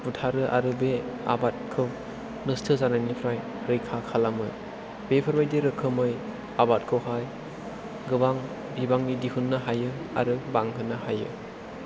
बुथारो आरो बे आबादखौ नस्त' जानायनिफ्राय रैखा खालामो बेफोरबायदि रोखोमै आबादखौहाय गोबां बिबांनि दिहुननो हायो आरो बांहोनो हायो